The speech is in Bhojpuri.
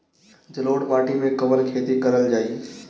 जलोढ़ माटी में कवन खेती करल जाई?